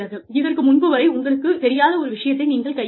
இதற்கு முன்பு வரை உங்களுக்குத் தெரியாத ஒரு விஷயத்தை நீங்கள் கையாளலாம்